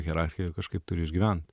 hierarchijoj kažkaip turi išgyvent